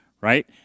right